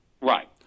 Right